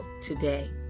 today